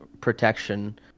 protection